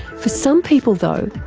for some people though,